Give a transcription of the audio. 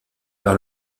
par